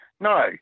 No